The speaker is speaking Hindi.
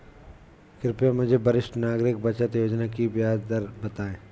कृपया मुझे वरिष्ठ नागरिक बचत योजना की ब्याज दर बताएं?